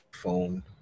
phone